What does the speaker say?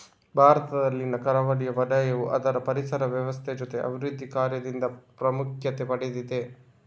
ಭಾರತದಲ್ಲಿನ ಕರಾವಳಿ ವಲಯವು ಅದರ ಪರಿಸರ ವ್ಯವಸ್ಥೆ ಜೊತೆ ಅಭಿವೃದ್ಧಿ ಕಾರ್ಯದಿಂದ ಪ್ರಾಮುಖ್ಯತೆ ಪಡೆದಿದೆ